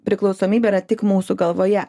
priklausomybė yra tik mūsų galvoje